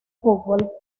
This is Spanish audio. fútbol